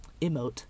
emote